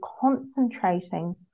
concentrating